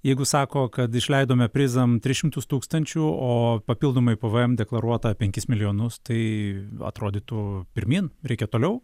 jeigu sako kad išleidome prizam tris šimtus tūkstančių o papildomai pvm deklaruota penkis milijonus tai atrodytų pirmyn reikia toliau